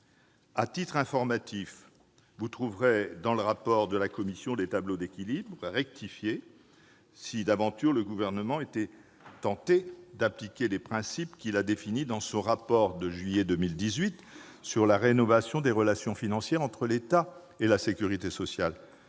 À titre informatif, vous trouverez, dans le rapport de la commission, les tableaux d'équilibre pour 2019 rectifiés, si d'aventure le Gouvernement était tenté d'appliquer les principes qu'il a définis dans son rapport de juillet 2018 sur la rénovation des relations financières entre l'État et la sécurité sociale